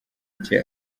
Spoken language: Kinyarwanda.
cye